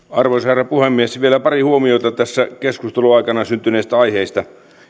arvoisa herra puhemies vielä pari huomiota tässä keskustelun aikana syntyneistä aiheista